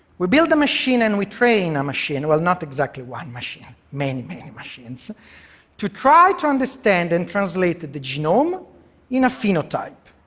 we build a machine and we train a machine well, not exactly one machine, many, many machines to try to understand and translate the genome in a phenotype.